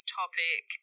topic